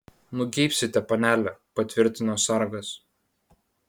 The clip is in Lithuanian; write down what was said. nugeibsite panele patvirtino sargas